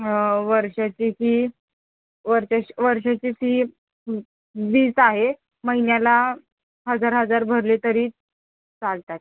वर्षाची फी वर्षा वर्षाची फी व् वीस आहे महिन्याला हजार हजार भरले तरी चालतात